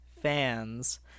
fans